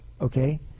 okay